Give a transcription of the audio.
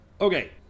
Okay